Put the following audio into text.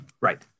right